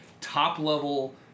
top-level